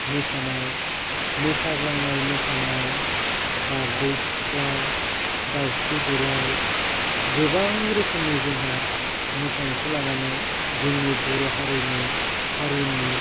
मोसानाय मोसाग्लांनाय मोसानाय बारदै सिख्ला दावस्रि देलाइ गोबां रोखोमनि जोंहा मोसानायखौ लानानै जोंनि बर'हारिनि हारिमु